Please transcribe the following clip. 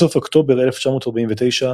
בסוף אוקטובר 1949,